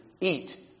eat